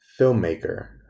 filmmaker